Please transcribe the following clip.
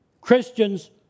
Christians